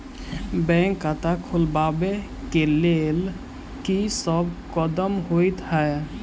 Bank खाता खोलबाबै केँ लेल की सब कदम होइ हय?